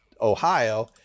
Ohio